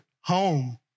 home